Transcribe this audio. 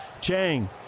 Chang